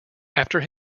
after